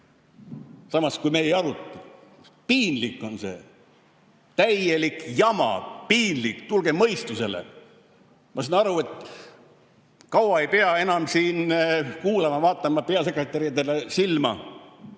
samas kui me ei aruta seda. Piinlik on see. Täielik jama, piinlik! Tulge mõistusele! Ma saan aru, et kaua ei pea enam siin vaatama peasekretäridele silma